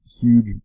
huge